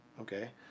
okay